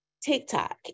TikTok